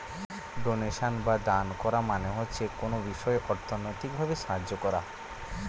donation বা দেন করা মানে হচ্ছে কোনো বিষয়ে অর্থনৈতিক ভাবে সাহায্য করা